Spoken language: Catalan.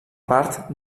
part